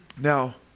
Now